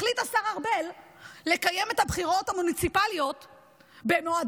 החליט השר ארבל לקיים את הבחירות המוניציפליות במועדן.